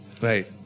Right